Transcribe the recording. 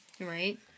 Right